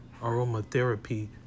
aromatherapy